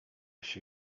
się